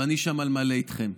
ואני שם על מלא איתכם.